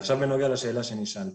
עכשיו בנוגע לשאלה שנשאלתי.